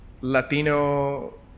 Latino